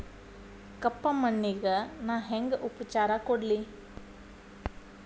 ಕಪ್ಪ ಮಣ್ಣಿಗ ನಾ ಹೆಂಗ್ ಉಪಚಾರ ಕೊಡ್ಲಿ?